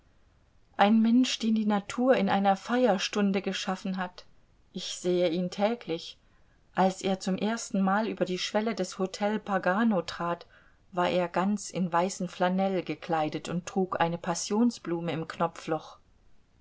ein mensch den die natur in einer feierstunde geschaffen hat ich sehe ihn täglich als er zum ersten mal über die schwelle des htel pagano trat war er ganz in weißen flanell gekleidet und trug eine passionsblume im knopfloch